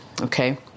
okay